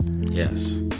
yes